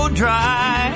dry